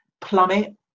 plummet